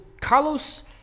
Carlos